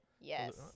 Yes